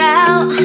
out